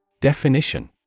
Definition